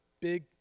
big